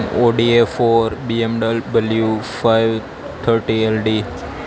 Audi A four BMW five thirty LD